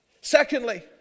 Secondly